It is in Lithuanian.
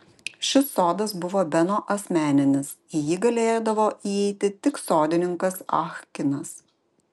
šis sodas buvo beno asmeninis į jį galėdavo įeiti tik sodininkas ah kinas